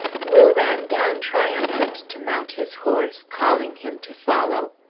will ran down triumphant to mount his horse, calling him to follow.